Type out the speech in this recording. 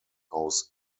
aus